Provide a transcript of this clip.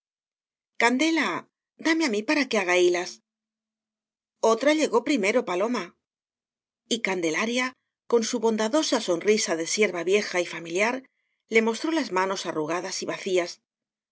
candela dame á mí para que haga hi las otra llegó primero paloma y candelaria con su bondadosa sonrisa de sierva vieja y familiar le mostró las manos arrugadas y vacías